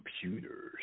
computers